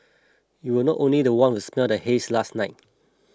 you were not only the one who's not the haze last night